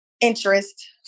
interest